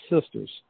sisters